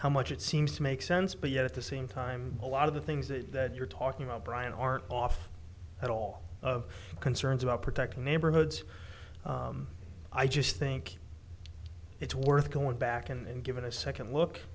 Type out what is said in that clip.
how much it seems to make sense but yet at the same time a lot of the things that you're talking about brian aren't off at all of concerns about protecting neighborhoods i just think it's worth going back and give it a second look